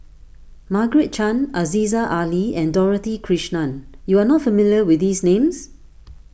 Margaret Chan Aziza Ali and Dorothy Krishnan you are not familiar with these names